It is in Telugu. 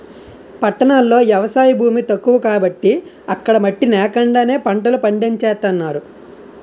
పట్టణాల్లో ఎవసాయ భూమి తక్కువ కాబట్టి అక్కడ మట్టి నేకండానే పంటలు పండించేత్తన్నారు